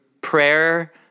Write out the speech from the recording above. prayer